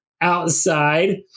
outside